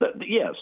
Yes